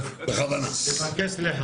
כנסת.